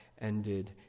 ended